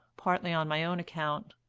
partly on my own account.